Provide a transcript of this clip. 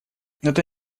это